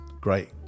great